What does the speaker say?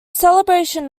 celebration